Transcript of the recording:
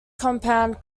compound